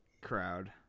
crowd